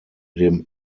dem